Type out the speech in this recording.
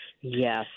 Yes